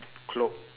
cloke